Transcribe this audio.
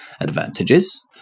advantages